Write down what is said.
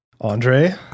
Andre